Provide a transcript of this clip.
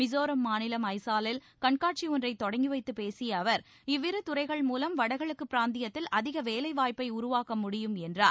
மிஸோரம் மாநிலம் ஐசாலில் கண்காட்சி ஒன்றை தொடங்கி வைத்துப் பேசிய அவர் இவ்விரு துறைகள் மூலம் வடகிழக்குப் பிராந்தியத்தில் அதிக வேலை வாய்ப்பை உருவாக்க முடியும் என்றார்